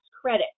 credit